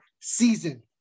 season